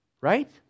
right